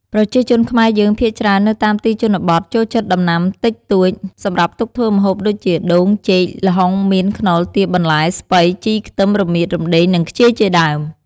ប្រជាជនខ្មែរយើង ភាគច្រើននៅតាមទីជនបទចូលចិត្តដំណាំតិចតូច សម្រាប់ទុកធ្វើម្ហូបដូចជា ដូង ចេក ល្ហុង មៀន ខ្នុរ ទៀប បន្លែស្ពៃ ជី ខ្ទឹម រមៀត រំដេង និងខ្ជាយ ជាដើម។